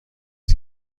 است